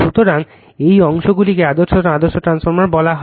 সুতরাং এই অংশগুলিকে আদর্শ ট্রান্সফরমার বলা হয়